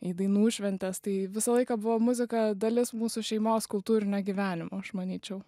į dainų šventes tai visą laiką buvo muzika dalis mūsų šeimos kultūrinio gyvenimo aš manyčiau